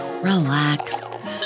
relax